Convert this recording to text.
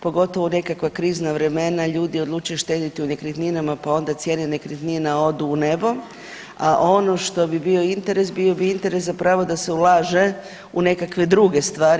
Pogotovo u nekakva krizna vremena ljudi odlučuju štedjeti u nekretninama pa onda cijene nekretnina odu u nebo, a ono što bi bio interes, bio bi interes zapravo da se ulaže u nekakve druge stvari.